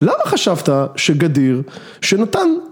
למה חשבת שגדיר שנתן?